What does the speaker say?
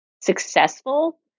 successful